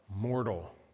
mortal